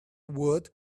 word